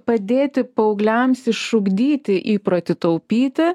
padėti paaugliams išugdyti įprotį taupyti